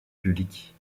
publiques